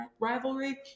rivalry